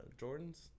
Jordans